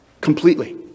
completely